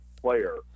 player